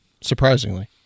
surprisingly